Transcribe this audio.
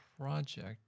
project